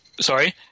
sorry